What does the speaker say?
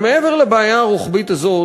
אבל מעבר לבעיה הרוחבית הזאת,